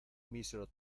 mísero